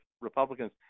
Republicans